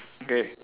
okay